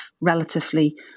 relatively